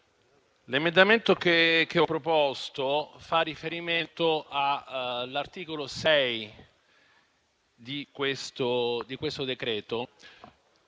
l'emendamento che ho proposto fa riferimento all'articolo 6 del decreto.